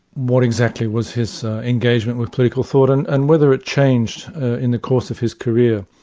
what exactly was his engagement with political thought, and and whether it changed in the course of his career.